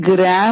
1421